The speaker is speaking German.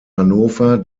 hannover